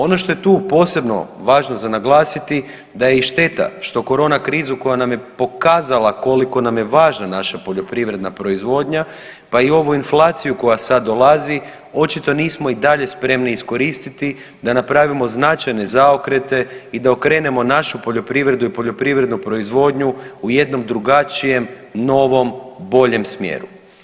Ono što je tu posebno važno za naglasiti da je i šteta što koronakrizu koja nam je pokazala koliko nam je važna naša poljoprivredna proizvodnja, pa i ovu inflaciju koja sad dolazi očito nismo i dalje spremni iskoristiti da napravimo značajne zaokrete i da okrenemo našu poljoprivredu i poljoprivrednu proizvodnju u jednom drugačijem, novom, boljem smjeru.